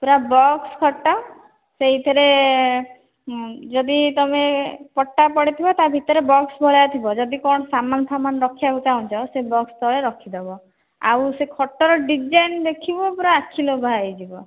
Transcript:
ପୁରା ବକ୍ସ ଖଟ ସେହିଥିରେ ଯଦି ତୁମେ ପଟା ପଡ଼ିଥିବ ତା ଭିତରେ ବକ୍ସ ଭଳିଆ ଥିବ ଯଦି କ'ଣ ସାମାନ ଫାମାନ ରଖିବାକୁ ଚାଁହୁଛ ସେ ବକ୍ସ ତଳେ ରଖିଦେବ ଆଉ ସେ ଖଟର ଡିଜାଇନ୍ ଦେଖିବ ପୁରା ଆଖି ଲୋଭା ହୋଇଯିବ